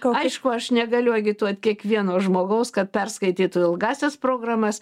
aišku aš negaliu agituot kiekvieno žmogaus kad perskaitytų ilgąsias programas